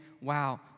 Wow